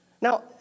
Now